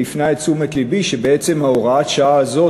והפנה את תשומת לבי שבעצם הוראת השעה הזאת,